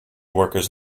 workers